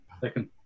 second